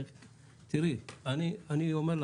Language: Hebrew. אני אומר,